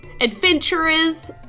adventurers